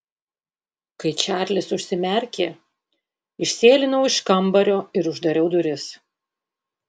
kai čarlis užsimerkė išsėlinau iš kambario ir uždariau duris